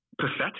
pathetic